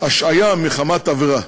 בהשעיה מחמת עבירה,